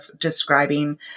describing